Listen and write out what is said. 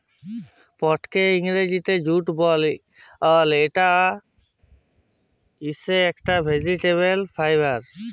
পাটকে ইংরজিতে জুট বল, ইটা হইসে একট ভেজিটেবল ফাইবার